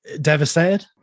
devastated